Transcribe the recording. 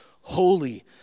holy